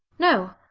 no.